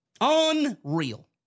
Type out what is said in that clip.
Unreal